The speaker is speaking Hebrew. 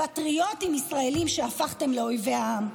פטריוטים ישראלים שהפכתם לאויבי העם.